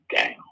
down